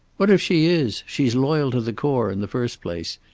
what if she is? she's loyal to the core, in the first place.